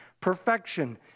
perfection